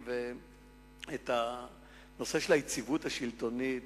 והיציבות השלטונית,